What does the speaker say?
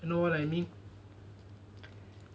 you know what I mean